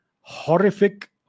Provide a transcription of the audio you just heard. horrific